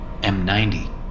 M90